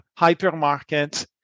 hypermarkets